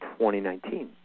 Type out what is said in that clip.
2019